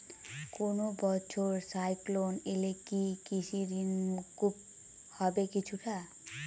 কোনো বছর সাইক্লোন এলে কি কৃষি ঋণ মকুব হবে কিছুটা?